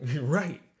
Right